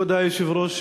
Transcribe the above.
כבוד היושב-ראש,